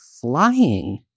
flying